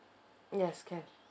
yes can